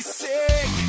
sick